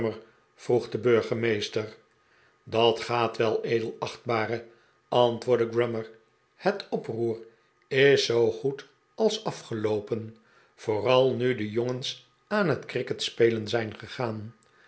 de burgemeester dat gaat wel edelachtbare antwoordde grummer het oproer is zoo goed als afgeloopen vooral nu de jongens aan het cricketspelen'zijn gegaan